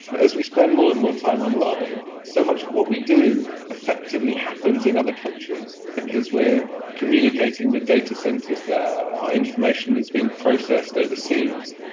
but as we spend more and more time online, so much of what we do effectively happens in other countries because we are communicating with data centres there, our information is being processed overseas,